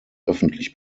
öffentlich